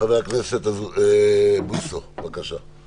חבר הכנסת בוסו, בבקשה.